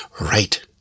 Right